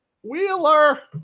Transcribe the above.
Wheeler